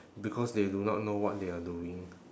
because they do not know what they are doing